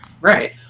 Right